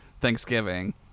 Thanksgiving